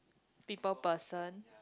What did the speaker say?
people person